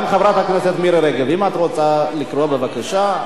גם חברת הכנסת מירי רגב, אם את רוצה לקרוא, בבקשה.